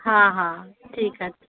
हा हा ठीकु आहे